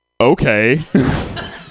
okay